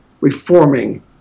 reforming